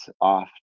off